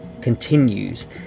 continues